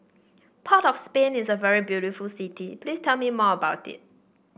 Port of Spain is a very beautiful city please tell me more about it